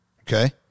okay